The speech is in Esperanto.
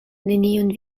nenion